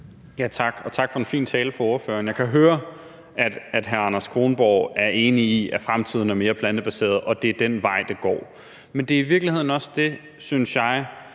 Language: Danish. tak for en fin tale fra ordføreren. Jeg kan høre, at hr. Anders Kronborg er enig i, at fremtiden er mere plantebaseret, og at det er den vej, det går. Men det er i virkeligheden også det, synes jeg,